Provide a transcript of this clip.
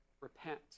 repent